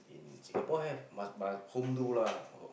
in Singapore have must must home do lah